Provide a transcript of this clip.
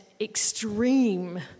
extreme